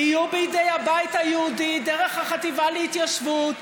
יהיו בידי הבית היהודי דרך החטיבה להתיישבות,